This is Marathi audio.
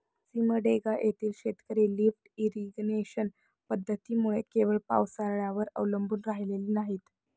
सिमडेगा येथील शेतकरी लिफ्ट इरिगेशन पद्धतीमुळे केवळ पावसाळ्यावर अवलंबून राहिलेली नाहीत